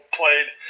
played